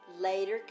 later